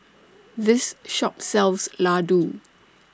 This Shop sells Ladoo